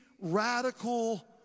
radical